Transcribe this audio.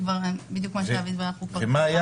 בדיקה האם ה-VC,